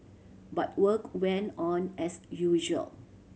but work went on as usual